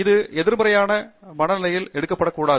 இது எதிர்மறையான மனநிலையில் எடுக்கப்படக்கூடாது